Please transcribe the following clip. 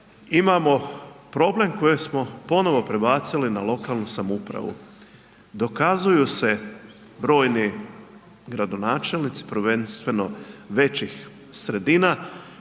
imamo problem kojeg smo ponovo prebacili na lokalnu samoupravu, dokazuju se brojni gradonačelnici, prvenstveno većih sredina